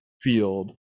field